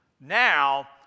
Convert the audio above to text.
now